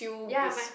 ya my